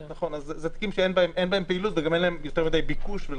אלה תיקים שאין בהם פעילות ואין להם יותר מדי ביקוש.